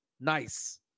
nice